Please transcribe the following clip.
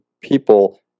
people